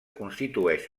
constitueix